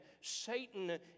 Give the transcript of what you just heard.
Satan